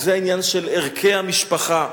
וזה העניין של ערכי המשפחה,